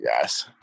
guys